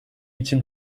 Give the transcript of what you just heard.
için